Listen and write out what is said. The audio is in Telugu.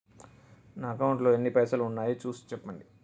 నా అకౌంట్లో ఎన్ని పైసలు ఉన్నాయి చూసి చెప్పండి?